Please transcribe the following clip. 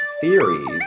theories